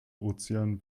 ozean